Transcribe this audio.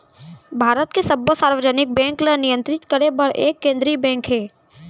भारत के सब्बो सार्वजनिक बेंक ल नियंतरित करे बर एक केंद्रीय बेंक हे